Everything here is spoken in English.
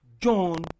John